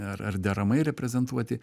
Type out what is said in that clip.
ar ar deramai reprezentuoti